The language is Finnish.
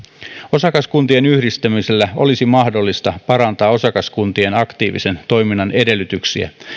osakaskuntien yhdistämisellä olisi mahdollista parantaa osakaskuntien aktiivisen toiminnan edellytyksiä